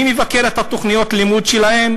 מי מבקר את תוכניות הלימוד שלהם?